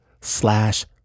slash